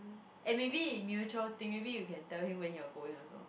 and maybe it mutual thing maybe you can tell him when you're going also